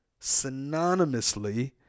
synonymously